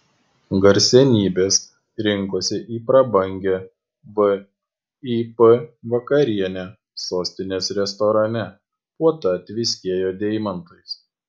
garsenybės rinkosi į prabangią vip vakarienę sostinės restorane puota tviskėjo deimantais